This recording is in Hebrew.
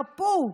הרפו.